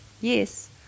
Yes